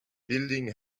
building